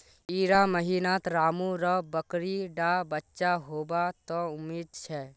इड़ा महीनात रामु र बकरी डा बच्चा होबा त उम्मीद छे